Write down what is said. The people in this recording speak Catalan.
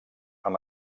amb